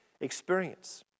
experience